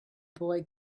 boy